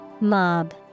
Mob